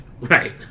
Right